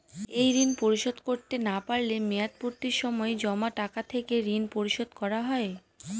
এই ঋণ পরিশোধ করতে না পারলে মেয়াদপূর্তির সময় জমা টাকা থেকে ঋণ পরিশোধ করা হয়?